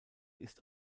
ist